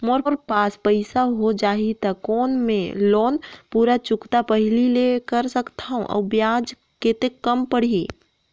मोर पास पईसा हो जाही त कौन मैं लोन पूरा चुकता पहली ले कर सकथव अउ ब्याज कतेक कम पड़ही?